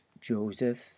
joseph